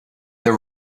the